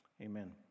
Amen